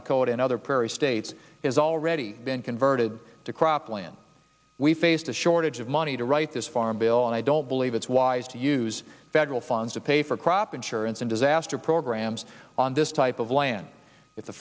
dakota and other prairie states has already been converted to cropland we faced a shortage of money to write this farm bill and i don't believe it's wise to use federal funds to pay for crop insurance and disaster programs on this type of land i